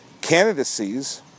candidacies